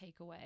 takeaway